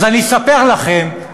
אז אני אספר לכם,